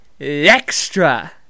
extra